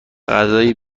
غذای